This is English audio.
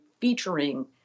featuring